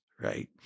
right